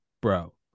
bro